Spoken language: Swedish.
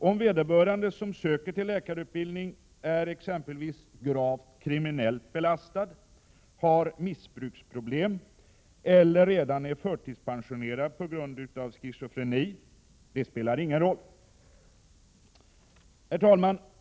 Om vederbörande exempelvis är gravt kriminellt belastad, har missbruksproblem eller redan är förtidspensionerad på grund av schizofreni spelar ingen roll. Herr talman!